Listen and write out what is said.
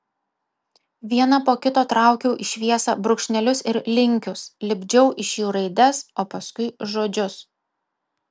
vieną po kito traukiau į šviesą brūkšnelius ir linkius lipdžiau iš jų raides o paskui žodžius